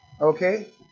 Okay